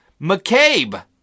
McCabe